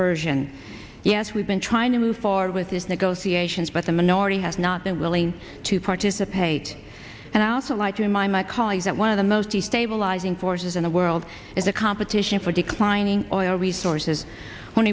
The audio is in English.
version yes we've been trying to move forward with this negotiations but the minority has not been willing to participate and to lie to my my colleagues that one of the most the stabilizing forces in the world is a competition for declining oil resources when